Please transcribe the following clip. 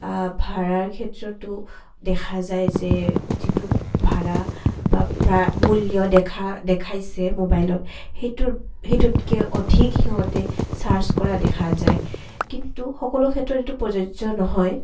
ভাড়াৰ ক্ষেত্ৰতো দেখা যায় যে যিটো ভাড়া বা প্ৰা মূল্য দেখা দেখাইছে ম'বাইলত সেইটোৰ সেইটোতকে অধিক সিহঁতে চাৰ্চ কৰা দেখা যায় কিন্তু সকলো ক্ষেত্ৰত যিটো প্ৰযোজ্য নহয়